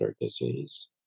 disease